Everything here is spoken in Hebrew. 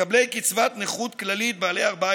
מקבלי קצבת נכות כללית בעלי ארבעה